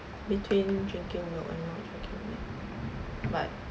between drinking milk and not drinking milk